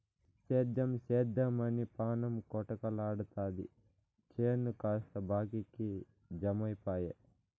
సేద్దెం సేద్దెమని పాణం కొటకలాడతాది చేను కాస్త బాకీకి జమైపాయె